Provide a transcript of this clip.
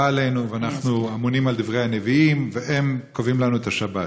עלינו ואנחנו אמונים על דברי הנביאים והם קובעים לנו את השבת.